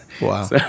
Wow